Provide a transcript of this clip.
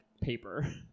paper